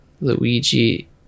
Luigi